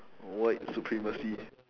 white supremacy